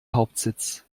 hauptsitz